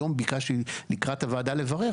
היום ביקשתי לקראת הוועדה לברר,